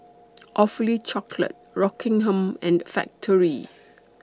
Awfully Chocolate Rockingham and Factorie